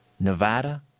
Nevada